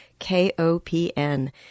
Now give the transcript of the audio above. KOPN